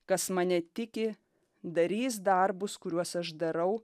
kas mane tiki darys darbus kuriuos aš darau